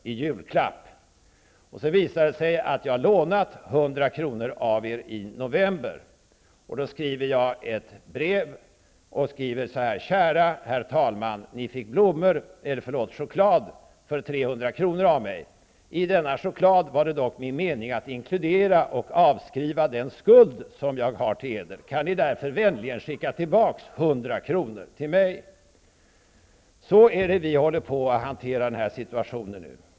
i julklapp. Det visar sig dock att jag har lånat 100 kr. av honom i november. Då skriver jag ett brev: ''Kära herr talman! Ni fick choklad för 300 kr. av mig. I denna choklad var det dock min mening att inkludera och avskriva den skuld som jag har till Eder. Kan Ni därför vänligen skicka tillbaka 100 kr. till mig?'' På det här sättet hanterar vi den här situationen.